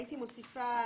הייתי מוסיפה